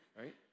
Right